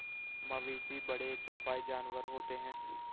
मवेशी बड़े चौपाई जानवर होते हैं